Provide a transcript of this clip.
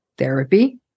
Therapy